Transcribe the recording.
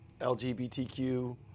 LGBTQ